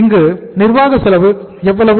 இங்கு நிர்வாக செலவு எவ்வளவு